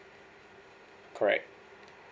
correct